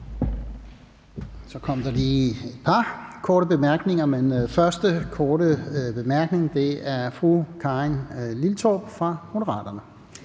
Så kom der lige et par korte bemærkninger. Den første korte bemærkning er fra fru Karin Liltorp, Moderaterne.